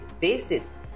basis